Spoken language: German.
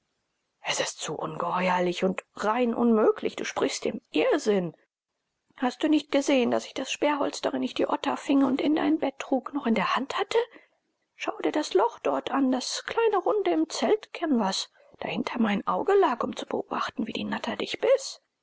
es ist zu ungeheuerlich und rein unmöglich du sprichst im irrsinn hast du nicht gesehen daß ich das sperrholz darin ich die otter fing und in dein bett trug noch in der hand hatte schau dir das loch dort an das kleine runde im zeltkanvaß dahinter mein auge lag um zu beobachten wie die natter dich biß